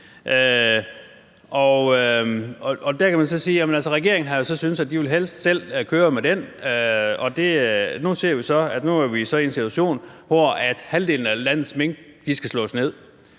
regeringen har syntes, at de helst selv ville køre med den, og nu ser vi så, at vi er en situation, hvor halvdelen af landets mink skal slås ned.